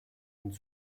und